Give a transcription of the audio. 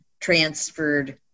transferred